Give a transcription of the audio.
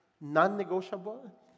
non-negotiable